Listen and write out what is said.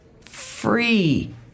Free